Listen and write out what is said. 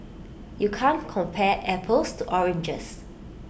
you can't compare apples to oranges